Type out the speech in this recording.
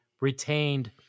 retained